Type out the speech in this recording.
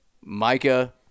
Micah